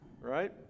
Right